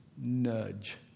nudge